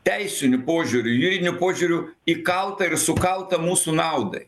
teisiniu požiūriu juridiniu požiūriu įkalta ir sukalta mūsų naudai